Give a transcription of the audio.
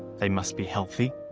they must be healthy,